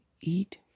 eat